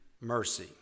mercy